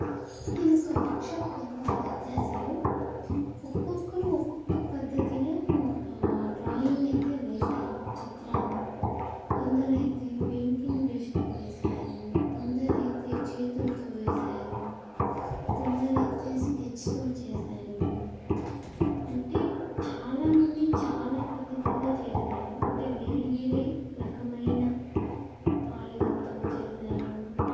నేను ఒక వర్క్షాప్కి వెళ్ళినప్పుడు అయితే అసలు ఒక్కొక్కరు ఒక్కొక్క పద్ధతిలో డ్రాయింగ్ని అయితే వేసారు చిత్రాన్ని కొందరైతే పెయింటింగ్ బ్రష్తో వేసారు కొందరైతే చేతులతో వేసారు కొందరైతే స్కెచ్తో చేసారు అంటే చాలామంది చాలా పద్ధతిగా చేసారు అంటే వేరే వేరే రకమైన ఆయుధంతో చేసారు